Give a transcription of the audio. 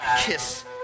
KISS